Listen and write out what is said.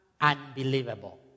unbelievable